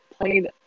played